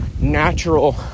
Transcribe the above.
natural